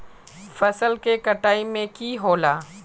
फसल के कटाई में की होला?